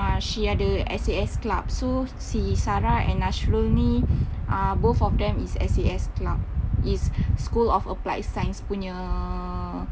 she ada S_A_S club so she sarah and nasrul ni uh both of them is S_A_S club is school of applied science punya